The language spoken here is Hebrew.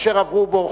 אשר עברו בו.